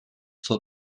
for